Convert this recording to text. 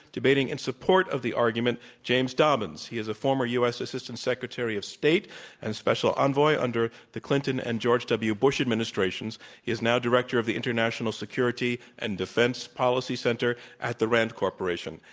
debating in support of the argument, james dobbins he is a former u. s. assistant secretary of state and special envoy under the clinton and george w. bush administrations. he is now director of the international security and defense policy center at the rand corporation.